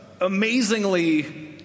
amazingly